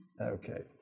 Okay